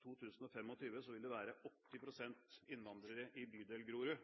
bydel Grorud,